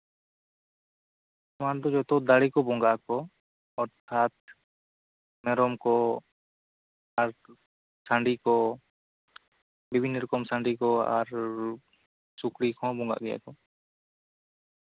ᱱᱚᱣᱟ ᱨᱮᱫᱚ ᱡᱚᱛᱚ ᱫᱟᱲᱮ ᱠᱚ ᱵᱚᱸᱜᱟ ᱠᱚ ᱚᱨᱛᱷᱟᱛ ᱢᱮᱨᱚᱢ ᱠᱚ ᱥᱟᱺᱰᱤ ᱠᱚ ᱵᱤᱵᱷᱤᱱᱱᱚ ᱨᱚᱠᱚᱢ ᱥᱟᱺᱰᱤ ᱠᱚ ᱟᱨ ᱥᱩᱠᱨᱤ ᱠᱚᱦᱚ ᱠᱚ ᱵᱚᱸᱜᱟᱜ ᱜᱮᱭᱟ ᱠᱚ